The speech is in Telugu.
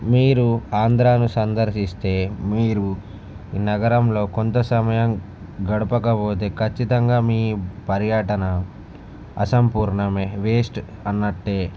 మీరు ఆంధ్రాను సందర్శిస్తే మీరు నగరంలో కొంత సమయం గడపకపోతే ఖచ్చితంగా మీ పర్యటన అసంపూర్ణమే వేస్ట్ అన్నట్టే